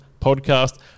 podcast